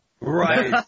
right